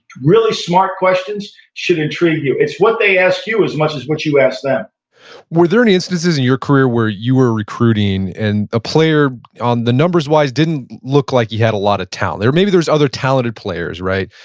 really smart questions should intrigue you. it's what they ask you as much as what you ask them were there any instances in your career where you were recruiting and a player numbers wise didn't look like he had a lot of talent, or maybe there's other talented players right?